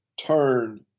turn